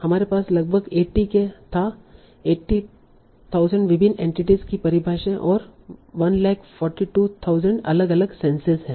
हमारे पास लगभग 80k था 80000 विभिन्न एंटिटीस की परिभाषाएँ और 142000 अलग अलग सेंसेस है